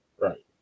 right